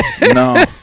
No